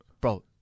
bro